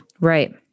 Right